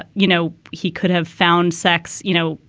ah you know, he could have found sex, you know,